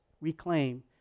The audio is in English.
reclaim